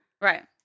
Right